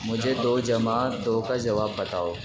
مجھے دو جمع دو کا جواب بتاؤ